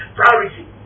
priority